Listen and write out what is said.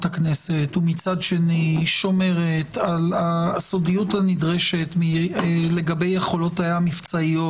הכנסת ומצד שני שומרת על הסודיות הנדרשת לגבי יכולותיה המבצעיות.